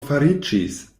fariĝis